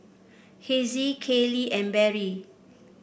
Hezzie Caylee and Beryl